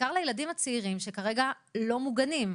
ובעיקר לילדים הצעירים שכרגע לא מוגנים,